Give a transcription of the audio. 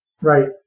Right